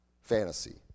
Fantasy